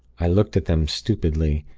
i looked at them, stupidly.